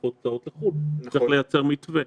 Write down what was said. דחופות וקצרות לחו"ל, צריך לייצר מתווה.